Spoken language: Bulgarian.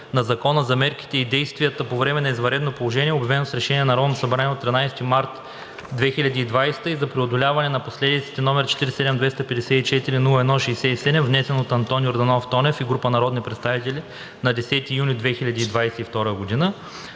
на Закона за мерките и действията по време на извънредното положение, обявено с решение на Народното събрание от 13 март 2020 г., и за преодоляване на последиците, № 47-254-01-67, внесен от Антон Йорданов Тонев и група народни представители на 10 юни 2022 г.